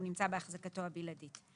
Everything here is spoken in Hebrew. שנמצא באחזקתו הבלעדית.